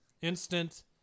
instant